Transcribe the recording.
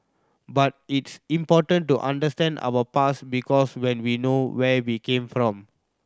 but it's important to understand our past because when we know where we came from